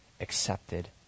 accepted